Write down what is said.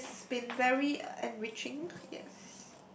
yes it has been very enriching yes